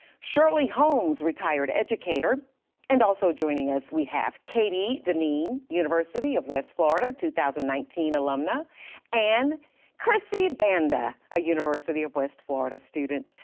shirley holmes, retired educator and also joining us we have katie dineen, university of west florida, two thousand and nineteen alumni and chrissie banda, a university of west florida student.